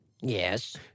Yes